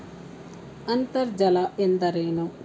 ಅಂತರ್ಜಲ ಎಂದರೇನು?